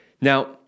Now